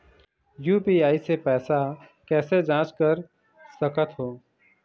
UPI से पैसा कैसे जाँच कर सकत हो?